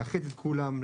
לאחד את כולם.